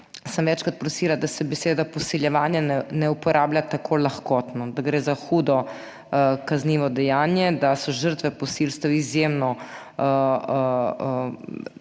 sem večkrat prosila, da se beseda posiljevanje ne uporablja tako lahkotno, da gre za hudo kaznivo dejanje, da so žrtve posilstev izjemno